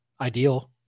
ideal